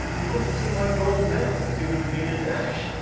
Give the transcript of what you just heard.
he wanted to see my gold medals in the two hundred metre dash.